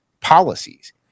policies